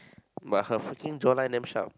but her freaking jawline damn sharp